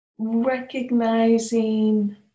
recognizing